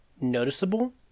noticeable